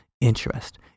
interest